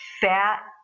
Fat